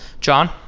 John